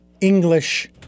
English